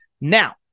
Now